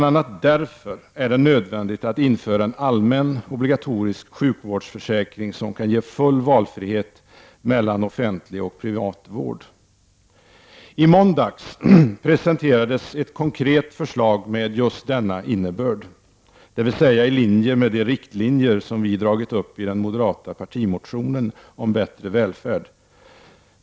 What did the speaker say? a. därför är det nödvändigt att införa en allmän obligatorisk sjukvårdsförsäkring som kan ge full valfrihet mellan offentlig och privat vård. I måndags presenterades ett konkret förslag med denna innebörd — dvs. i linje med de riktlinjer som vi har dragit upp i den moderata partimotionen om bättre välfärd.